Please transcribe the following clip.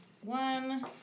One